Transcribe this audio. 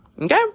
Okay